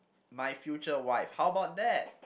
my future wife how about that